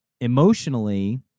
emotionally